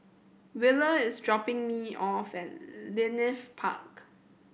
Wheeler is dropping me off at Leith Park